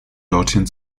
dorthin